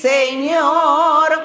Señor